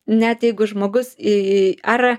net jeigu žmogus į į ar